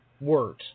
words